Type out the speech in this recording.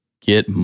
get